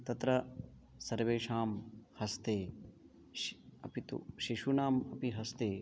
तत्र सर्वेषां हस्ते श् अपि तु शिशूनाम् अपि हस्ते